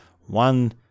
one